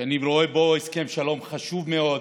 שאני רואה בו הסכם שלום חשוב מאוד